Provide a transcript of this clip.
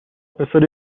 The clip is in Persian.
پسر